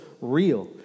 real